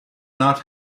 not